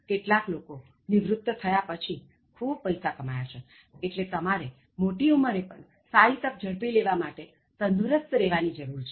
કેટલાક લોકો નિવૃત્ત થયા પછી ખૂબ પૈસા કમાયા છે એટલે તમારે મોટી ઉમરે પણ સારી તક ઝડપી લેવા માટે તંદુરસ્ત રહેવાની જરુર છે